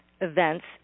events